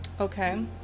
okay